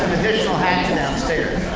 additional hats downstairs.